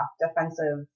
defensive